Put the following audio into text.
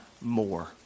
more